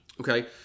Okay